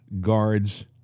guards